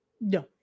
No